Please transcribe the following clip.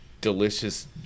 delicious